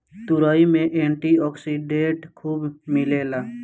तुरई में antioxidant खूब मिलेला